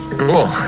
cool